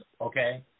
okay